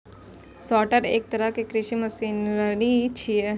sorter एक तरहक कृषि मशीनरी छियै